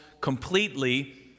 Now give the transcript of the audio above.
completely